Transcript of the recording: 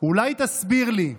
"אולי תסביר לי,